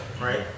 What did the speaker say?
right